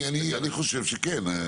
אני חושב שכן.